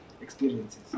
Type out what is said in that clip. experiences